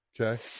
okay